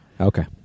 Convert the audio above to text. Okay